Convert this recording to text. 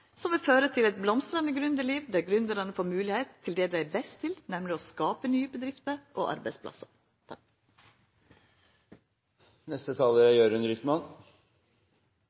som vil føra til eit blomstrande gründerliv der gründerane får moglegheit til det dei er best til, nemleg å skapa nye bedrifter og arbeidsplassar.